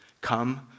Come